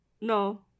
no